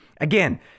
again